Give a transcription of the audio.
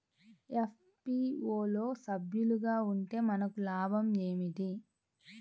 FPO లో సభ్యులుగా ఉంటే మనకు లాభం ఏమిటి?